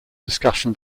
discussion